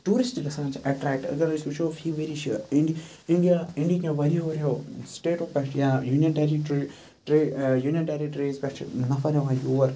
tourist گَژھان چھِ attract اگَر أسۍ وٕچھو فی ؤری چھِ اِنڈ اِنڈیا اِنڈیکیو واریاہو واریاہو سٹیٹو پٮ۪ٹھ یا یوٗنِیَن ٹیرِٹِری یوِٗیَن ٹیرِٹِریٖز پٮ۪ٹھ چھِ نَفَر یِوان یور